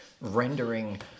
rendering